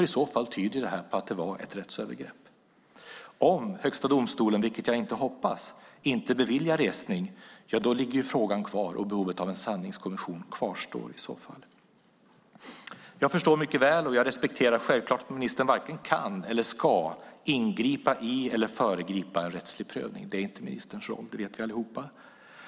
I så fall tyder det ju på att detta var ett rättsövergrepp. Om Högsta domstolen inte beviljar resning - vilket jag inte hoppas - ligger frågan kvar, och behovet av en sanningskommission kvarstår i så fall. Jag förstår och respekterar att ministern varken kan eller ska ingripa i eller föregripa en rättslig prövning. Det är inte ministerns roll, och det vet vi alla.